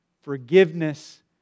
forgiveness